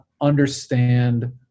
understand